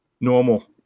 Normal